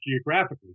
geographically